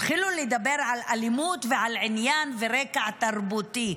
התחילו לדבר על אלימות ועל עניין הרקע התרבותי.